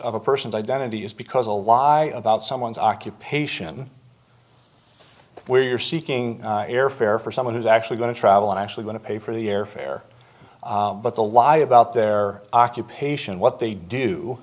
of a person's identity is because a lie about someone's occupation where you're seeking airfare for someone who's actually going to travel and actually going to pay for the airfare but the lie about their occupation what they do